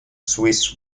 swiss